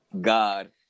God